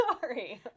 sorry